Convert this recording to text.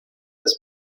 des